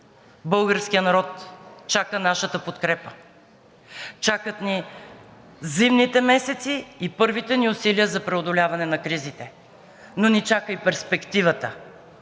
българският народ чака нашата подкрепа, чакат ни зимните месеци и първите ни усилия за преодоляване на кризите, но ни чака и перспективата